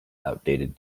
outdated